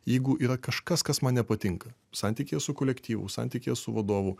jeigu yra kažkas kas man nepatinka santykyje su kolektyvu santykyje su vadovu